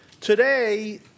Today